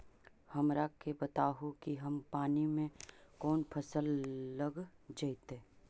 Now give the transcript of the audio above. हमरा के बताहु कि कम पानी में कौन फसल लग जैतइ?